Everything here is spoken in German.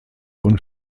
und